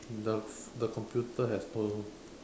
the the computer has don't know